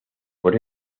por